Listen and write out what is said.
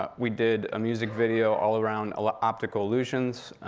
ah we did a music video all around like optical illusions,